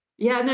yeah, no,